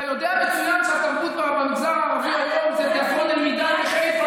אתה יודע מצוין שהתרבות במגזר הערבי היום זה תיאטרון אל-מידאן בחיפה,